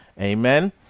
Amen